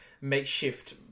Makeshift